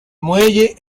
muelle